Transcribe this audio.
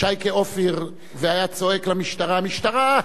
שייקה אופיר, והיה צועק למשטרה: משטרה,